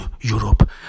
Europe